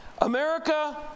America